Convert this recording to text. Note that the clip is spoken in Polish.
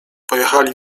pojechali